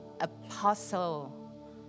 apostle